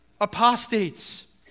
apostates